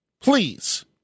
Please